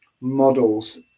models